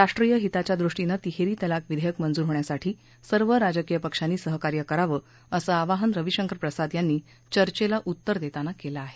राष्ट्रीय हिताच्या दृष्टीनं तिहेरी तलाक विधेयक मंजूर होण्यासाठी सर्व राजकीय पक्षांनी सहकार्य करावं असं आवाहन रविशंकर प्रसाद यांनी चर्चेला उत्तर देताना केलं आहे